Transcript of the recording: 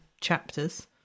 chapters